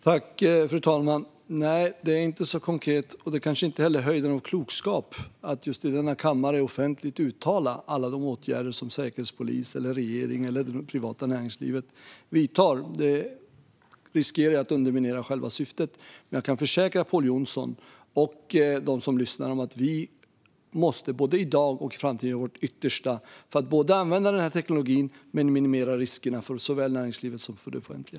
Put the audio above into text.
Fru talman! Nej, det var inte så konkret. Och det kanske inte heller är höjden av klokskap att just i denna kammare offentligt uttala alla de åtgärder som Säkerhetspolisen, regeringen eller det privata näringslivet vidtar. Det riskerar att underminera själva syftet. Men jag kan försäkra Pål Jonson och dem som lyssnar att vi både i dag och i framtiden måste göra vårt yttersta för att använda denna teknologi men också för att minimera riskerna såväl för näringslivet som för det offentliga.